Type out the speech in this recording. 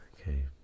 okay